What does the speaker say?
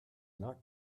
not